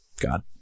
God